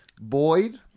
Boyd